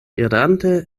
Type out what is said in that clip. irante